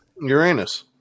Uranus